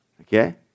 Okay